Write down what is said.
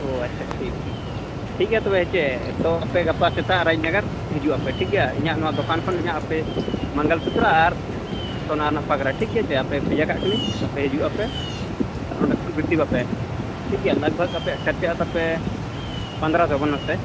ᱚ ᱟᱪᱪᱷᱟ ᱴᱷᱤᱠ ᱴᱷᱤᱠ ᱴᱷᱤᱠ ᱜᱮᱭᱟ ᱛᱚᱵᱮ ᱦᱮᱸᱥᱮ ᱛᱚ ᱟᱯᱮ ᱜᱟᱯᱟ ᱥᱮᱛᱟᱜ ᱨᱟᱡᱽᱱᱟᱜᱚᱨ ᱦᱤᱡᱩᱜ ᱟᱯᱮ ᱴᱷᱤᱠ ᱜᱮᱭᱟ ᱤᱧᱟᱹᱜ ᱱᱚᱣᱟ ᱫᱚᱠᱟᱱ ᱠᱷᱚᱱ ᱤᱧᱟᱹᱜ ᱟᱯᱮ ᱢᱚᱝᱜᱚᱞ ᱥᱩᱛᱨᱚ ᱟᱨ ᱥᱚᱱᱟ ᱨᱮᱱᱟᱜ ᱯᱟᱜᱽᱨᱟ ᱴᱷᱤᱠ ᱜᱮᱭᱟᱥᱮ ᱟᱯᱮ ᱵᱷᱮᱡᱟ ᱠᱟᱜ ᱠᱟᱱᱟᱹᱧ ᱟᱯᱮ ᱦᱤᱡᱩᱜ ᱟᱯᱮ ᱚᱸᱰᱮ ᱠᱷᱚᱱ ᱨᱤᱥᱤᱵᱷ ᱟᱯᱮ ᱴᱷᱤᱠ ᱜᱮᱭᱟ ᱞᱟᱜᱽᱵᱷᱟᱜ ᱟᱯᱮᱭᱟᱜ ᱠᱷᱟᱨᱪᱟ ᱛᱟᱯᱮ ᱯᱚᱱᱮᱨᱚ ᱥᱚ ᱵᱟᱱᱟᱨ ᱛᱮ